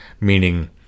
meaning